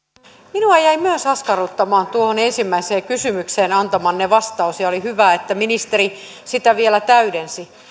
minua jäi myös askarruttamaan tuohon ensimmäiseen kysymykseen antamanne vastaus ja oli hyvä että ministeri sitä vielä täydensi